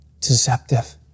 deceptive